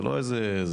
זה לא איזה מאמץ,